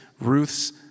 Ruth's